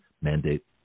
mandate